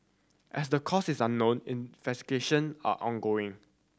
as the cause is unknown investigation are ongoing